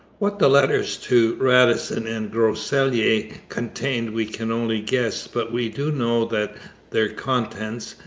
what the letters to radisson and groseilliers contained we can only guess, but we do know that their contents,